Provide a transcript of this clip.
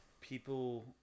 people